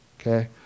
Okay